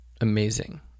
amazing